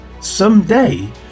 someday